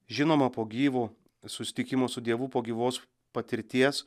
žinoma po gyvo susitikimo su dievu po gyvos patirties